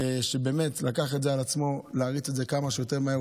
שבאמת לקח על עצמו להריץ את זה כמה שיותר מהר,